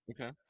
Okay